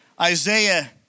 Isaiah